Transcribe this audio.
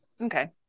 okay